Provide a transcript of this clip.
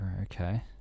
Okay